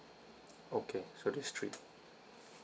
okay so these three